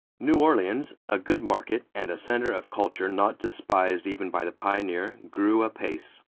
new orleans, a good market and a center of culture not despised even by the pioneer, grew apace.